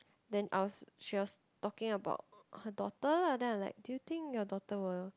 then I was she was talking about her daughter lah then I like do you think your daughter will